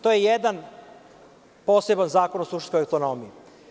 To je jedan poseban zakon o suštinskoj autonomiji.